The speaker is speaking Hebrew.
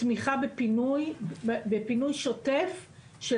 תמיכה בפינוי שוטף של